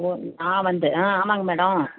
ஓ ஆ வந்து ஆ ஆமாங்க மேடம்